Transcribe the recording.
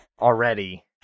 already